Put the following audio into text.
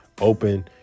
Open